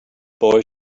boy